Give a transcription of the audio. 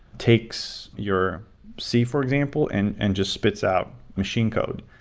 takes your c, for example, and and just spits out machine code.